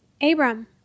Abram